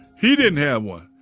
he didn't have one.